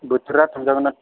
बोथोरा थांजागोन ना